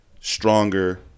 stronger